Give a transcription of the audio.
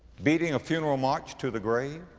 beating a funeral march to the grave.